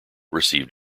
received